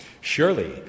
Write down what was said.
Surely